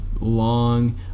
long